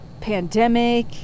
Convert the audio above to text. pandemic